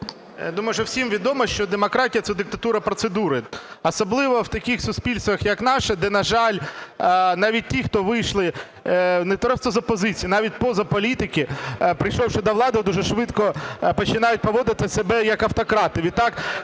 думаю, що всім відомо, що демократія – це диктатура процедури, особливо в таких суспільствах, як наше, де, на жаль, навіть ті, хто вийшли не просто з опозиції, навіть поза політику, прийшовши до влади, дуже швидко починають поводити себе як автократи.